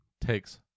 takes